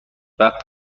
وقت